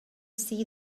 see